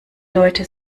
leute